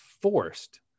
forced